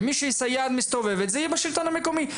סייעת מסתובבת, זה יהיה בשלטון המקומי.